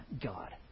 God